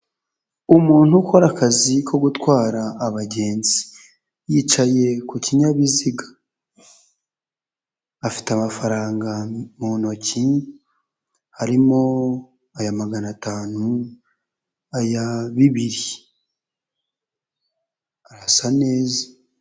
Umuntu ukora akazi ko gutwara abagenzi, yicaye kukinyabiziga afite amafaranga mu ntoki, harimo aya magana atanu, aya bibiri arasa neza.